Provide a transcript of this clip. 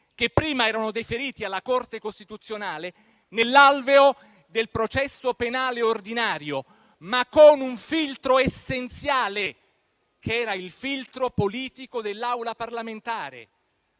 che prima erano deferiti alla Corte costituzionale, nell'alveo del processo penale ordinario, ma con un filtro essenziale, quello politico dell'Assemblea parlamentare.